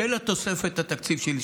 ובתוספת התקציב שלי,